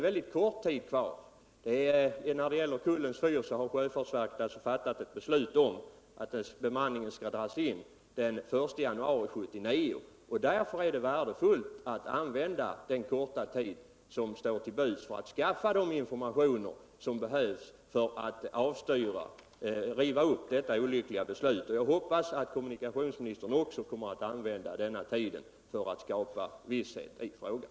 Sjöfartsverket har ju när det gäller Kullens fyr fattat beslut om att dess bemanning skall dras in den I januari 1979. Här står alltså mycket kort tid tull buds. och därför är det viktigt att använda denna för att skaffa det underlag som behövs Om bemanningen vid Kullens fyr för att riva upp detta olyckliga beslut. Jag hoppas att kommunikationsministern kommer att använda den tiden ull att skapa visshet i frågan.